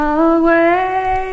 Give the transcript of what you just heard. away